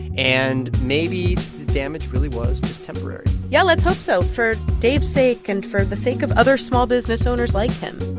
and maybe the damage really was just temporary yeah, let's hope so for dave's sake and for the sake of other small business owners like him